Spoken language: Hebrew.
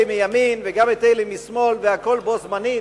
מימין וגם את אלה משמאל והכול בו-זמנית.